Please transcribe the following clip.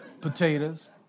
potatoes